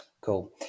Cool